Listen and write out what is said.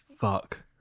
fuck